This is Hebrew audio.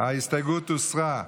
ההסתייגות הוסרה.